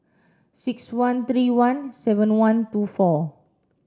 six one three one seven one two four